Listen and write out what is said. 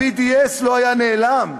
ה-BDS לא היה נעלם,